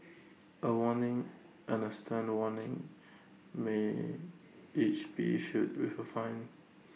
A warning and A stern warning may each be issued with A fine